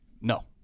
no